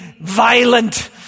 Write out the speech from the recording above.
violent